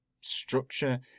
structure